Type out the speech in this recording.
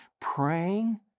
praying